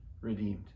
redeemed